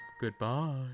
Goodbye